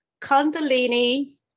kundalini